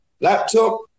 laptop